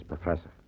professor